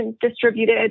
distributed